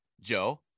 Joe